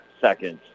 Seconds